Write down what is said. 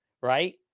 Right